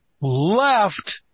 left